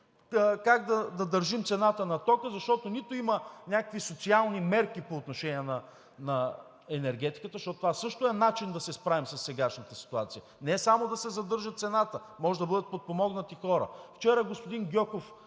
как да държим цената на тока, защото няма някакви социални мерки по отношение на енергетиката. Това също е начин да се справим със сегашната ситуация. Не само да се задържа цената, а може да бъдат подпомогнати и хората. Вчера господин Гьоков